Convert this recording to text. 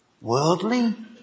Worldly